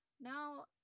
now